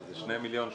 שזה 2 מיליון שקלים.